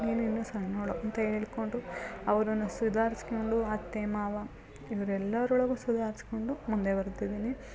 ನೀನು ಇನ್ನೂ ಸಣ್ಣೋವ್ಳು ಅಂತ ಹೇಳ್ಕೊಂಡು ಅವ್ರನ್ನ ಸುಧಾರಿಸ್ಕೊಂಡು ಅತ್ತೆ ಮಾವ ಇವರೆಲ್ಲರೊಳಗೂ ಸುಧಾರಿಸ್ಕೊಂಡು ಮುಂದೆ ಬರ್ತಿದೀನಿ